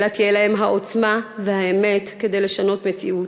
אלא יהיו להם העוצמה והאמת כדי לשנות מציאות.